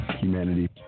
humanity